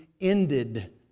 ended